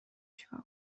چیکار